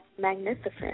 magnificent